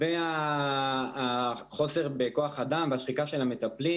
לעניין החוסר בכוח אדם והשחיקה של המטפלים